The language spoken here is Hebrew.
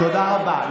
תודה רבה.